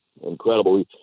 incredible